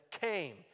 came